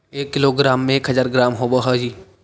एक किलोग्राम में एक हज़ार ग्राम होव हई